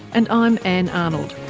and i'm ann arnold